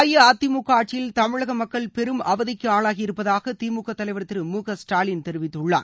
அஇஅதிமுக ஆட்சியில் தமிழக மக்கள் பெரும் அவதிக்கு ஆளாகியிருப்பதாக திமுக தலைவர் திரு மு க ஸ்டாலின் தெரிவித்துள்ளார்